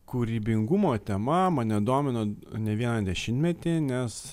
kūrybingumo tema mane domino ne vieną dešimtmetį nes